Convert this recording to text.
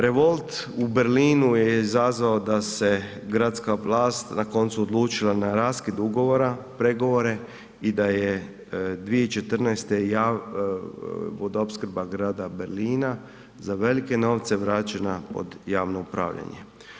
Revolt u Berlinu je izazvao da se gradska vlast na koncu odlučila na raskid ugovora, pregovore i da je 2014. vodoopskrba grada Berlina za velike novce vraćena od javno upravljanje.